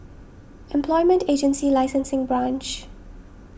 Employment Agency Licensing Branch